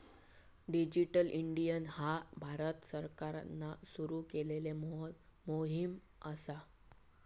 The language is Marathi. डिजिटल इंडिया ह्या भारत सरकारान सुरू केलेली मोहीम असा